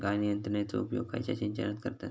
गाळण यंत्रनेचो उपयोग खयच्या सिंचनात करतत?